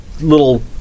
little